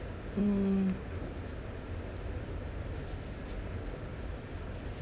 mm